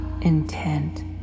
intent